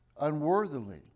unworthily